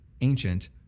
ancient